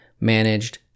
managed